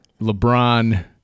LeBron